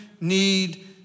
need